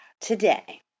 today